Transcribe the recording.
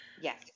Yes